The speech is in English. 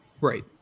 Right